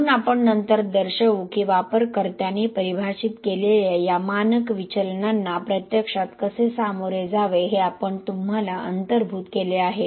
म्हणून आपण नंतर दर्शवू की वापरकर्त्याने परिभाषित केलेल्या या मानक विचलनांना प्रत्यक्षात कसे सामोरे जावे हे आपण तुम्हाला अंतर्भूत केले आहे